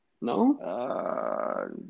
No